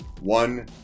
one